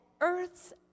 Earth's